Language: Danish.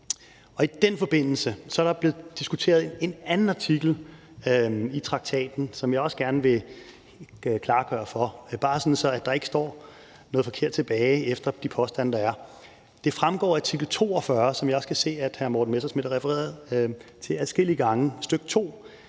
i den forbindelse er der blevet diskuteret en anden artikel i traktaten, som jeg også gerne vil klargøre – bare for at der ikke står noget forkert tilbage efter de påstande, der er kommet: Det fremgår af artikel 42, som jeg også kan se at hr. Morten Messerschmidt refererede til adskillige gange,